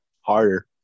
Harder